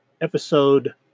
episode